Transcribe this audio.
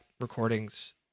recordings